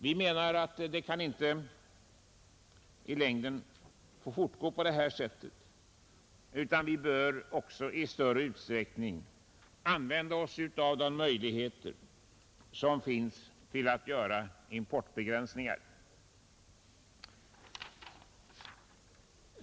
Vi menar att det i längden inte kan få fortgå på det sättet, utan vårt land bör också i större utsträckning använda sig av de möjligheter som finns till att göra importbegränsningar.